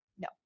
No